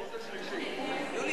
בכדורגל הגרמני,